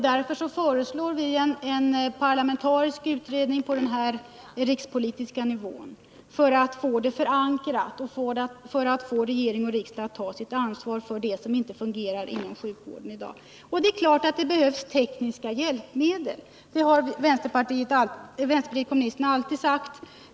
Därför föreslår vi en parlamentarisk utredning på rikspolitisk nivå för att få den ordentligt förankrad och för att få regering och riksdag att ta sitt ansvar för det som inte fungerar inom sjukvården i dag. Det är klart att det behövs tekniska hjälpmedel. Det har vänsterpartiet kommunisterna alltid sagt.